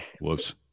Whoops